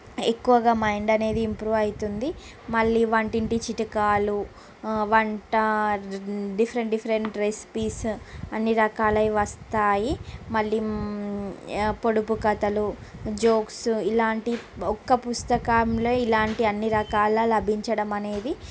ఎక్కువగా మైండ్ అనేది ఇంప్రూవ్ అవుతుంది మళ్ళీ వంటింటి చిట్కాలు వంట డిఫరెంట్ డిఫరెంట్ రెసిపీస్ అన్నీ రకాల అవి వస్తాయి మళ్ళీ పొడుపుకథలు జోక్సు ఇలాంటి ఒక్క పుస్తకంలో ఇలాంటి అన్ని రకాలు లభించడం అనేది